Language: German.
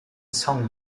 song